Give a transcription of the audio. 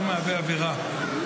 לא מהווה עבירה.